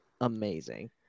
amazing